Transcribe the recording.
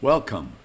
Welcome